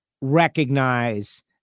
recognize